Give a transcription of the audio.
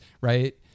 right